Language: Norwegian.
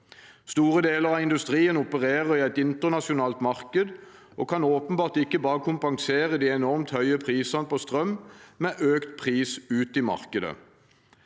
Store deler av industrien opererer i et internasjonalt marked og kan åpenbart ikke bare kompensere de enormt høye prisene på strøm med økt pris ut i markedet.